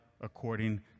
according